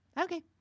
Okay